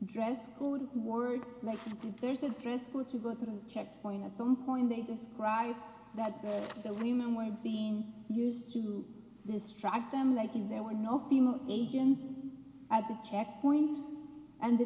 dress code word like there's a dress code to go to the checkpoint at some point they describe that the women were being used to distract them like if there were no female agents at the checkpoint and the